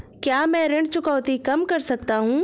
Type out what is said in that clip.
क्या मैं ऋण चुकौती कम कर सकता हूँ?